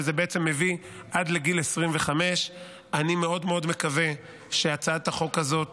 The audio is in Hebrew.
וזה בעצם מביא עד לגיל 25. אני מאוד מאוד מקווה שהצעת החוק הזאת